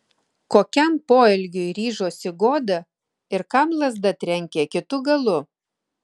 kokiam poelgiui ryžosi goda ir kam lazda trenkė kitu galu